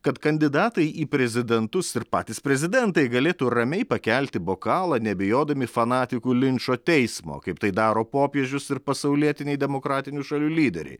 kad kandidatai į prezidentus ir patys prezidentai galėtų ramiai pakelti bokalą nebijodami fanatikų linčo teismo kaip tai daro popiežius ir pasaulietiniai demokratinių šalių lyderiai